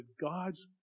God's